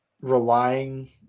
relying